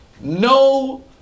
no